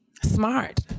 Smart